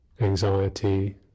anxiety